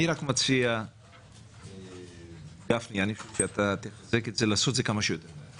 אני מציע לעשות את זה כמה שיותר מהר,